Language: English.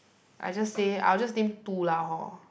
I just say I'll just name two lah hor